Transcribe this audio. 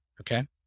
Okay